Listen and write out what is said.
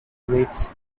rates